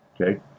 okay